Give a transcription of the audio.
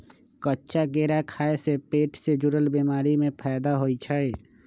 कच्चा केरा खाय से पेट से जुरल बीमारी में फायदा होई छई